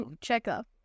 checkup